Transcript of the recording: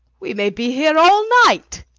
we may be here all night!